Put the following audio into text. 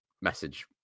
message